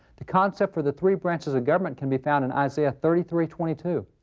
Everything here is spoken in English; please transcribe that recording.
the concept for the three branches of government can be found in isaiah thirty three twenty two.